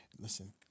listen